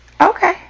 Okay